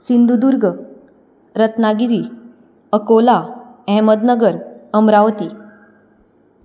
Sindhudurg Ratnagiri Akola Ahmednagar Amravati